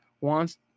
wants